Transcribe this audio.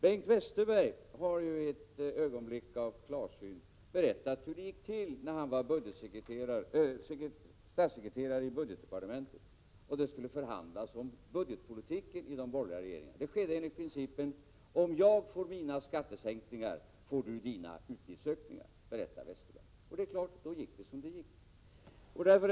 Bengt Westerberg har i ett ögonblick av klarsyn berättat hur det gick till när han var statssekreterare i budgetdepartementet och det skulle förhandlas om budgetpolitiken i de borgerliga regeringarna. Det skedde enligt principen, att om jag får mina skattesänkningar, får du dina utgiftsökningar. Det är klart att det då gick som det gick. Herr talman!